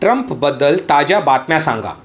ट्रम्पबद्दल ताज्या बातम्या सांगा